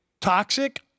toxic